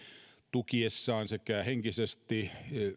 tukiessaan sekä henkisesti